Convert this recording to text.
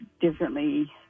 differently